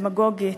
ודמגוגית,